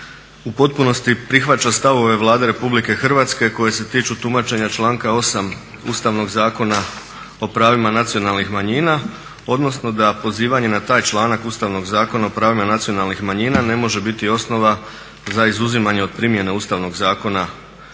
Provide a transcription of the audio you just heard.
u potpunosti prihvaća stavove Vlade RH koji se tiču tumačenja članka 8. Ustavnog zakona o pravima nacionalnih manjina odnosno da pozivanje na taj članak Ustavnog zakona o pravima nacionalnih manjina ne može biti osnova za izuzimanje od primjene